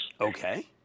Okay